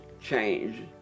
change